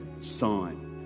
sign